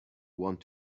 want